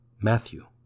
Matthew